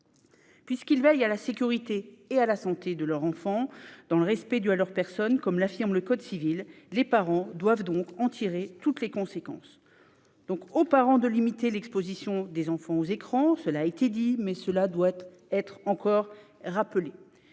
Puisqu'ils veillent à la sécurité et à la santé de leurs enfants dans le respect dû à leur personne, comme l'affirme le code civil, les parents doivent en tirer toutes les conséquences. Aux parents de limiter l'exposition des enfants aux écrans. Cela a été dit, mais cela doit être encore rappelé.